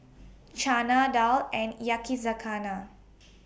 Chana Dal and Yakizakana